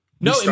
No